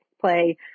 play